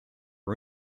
are